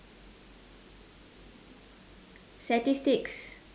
statistics